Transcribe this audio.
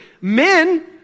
men